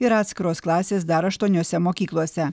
ir atskiros klasės dar aštuoniose mokyklose